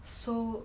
so